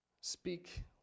speak